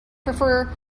prefer